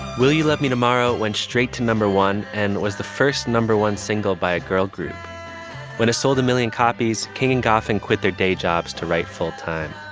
will you love me tomorrow? went straight to number one and was the first number one single by a girl group when it sold a million copies. king and goffin quit their day jobs to write full time